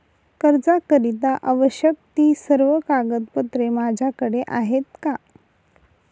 कर्जाकरीता आवश्यक ति सर्व कागदपत्रे माझ्याकडे आहेत का?